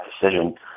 decision